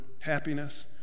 happiness